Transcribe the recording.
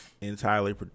entirely